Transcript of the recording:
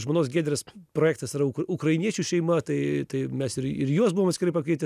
žmonos giedrės projektas yra ukrainiečių šeima tai tai mes ir ir juos buvom atskirai pakvietę